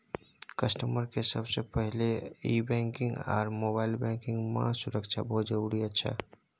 customer के सबसे पहला ई बैंकिंग आर मोबाइल बैंकिंग मां सुरक्षा बहुत जरूरी अच्छा